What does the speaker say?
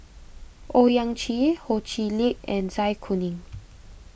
Owyang Chi Ho Chee Lick and Zai Kuning